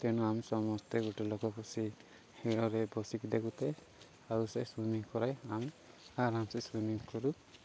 ତେଣୁ ଆମେ ସମସ୍ତେ ଗୋଟେ ଲୋକ ଆଉ ସେ ସୁଇମିଂ କରାଇ ଆମେ ଆରାମ୍ସେ ସୁଇମିଂ କରୁ